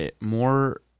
more